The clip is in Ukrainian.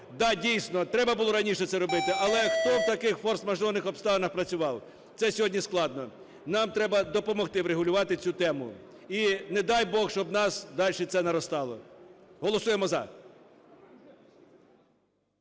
Да, дійсно, треба було раніше це робити. Але хто в таких форс-мажорних обставинах працював? Це сьогодні складно. Нам треба допомогти врегулювати цю тему. І, не дай Бог, щоб у нас дальше це наростало. Голосуємо "за"!